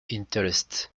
interests